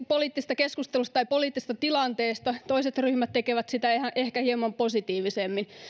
poliittisesta keskustelusta tai poliittisesta tilanteesta toiset ryhmät tekevät sitä ehkä hieman positiivisemmin